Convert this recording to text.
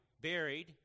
buried